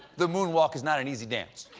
the moonwalk is not an easy dance.